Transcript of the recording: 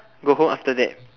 go home after that